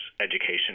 education